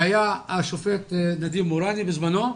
היה השופט נדים מוראני בזמנו.